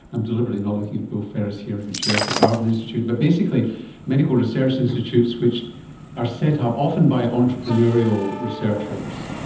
i'm deliberately not looking at bill ferris here who chairs the garvan institute, but basically medical research institutes which are set up, often by entrepreneurial researchers,